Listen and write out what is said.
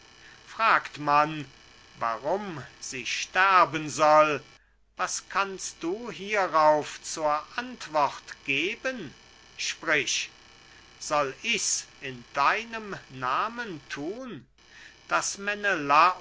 fragt man warum sie sterben soll was kannst du hierauf zur antwort geben sprich soll ich's in deinem namen thun daß